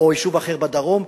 או יישוב אחר בדרום.